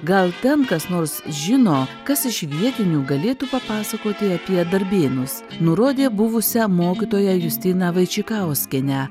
gal ten kas nors žino kas iš vietinių galėtų papasakoti apie darbėnus nurodė buvusią mokytoją justiną vaičikauskienę